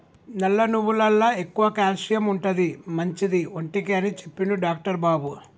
నల్ల నువ్వులల్ల ఎక్కువ క్యాల్షియం ఉంటది, మంచిది ఒంటికి అని చెప్పిండు డాక్టర్ బాబు